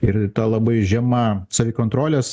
ir ta labai žema savikontrolės